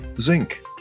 zinc